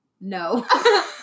No